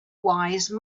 wise